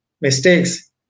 mistakes